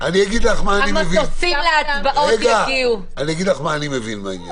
אני מבין מהעניין הזה.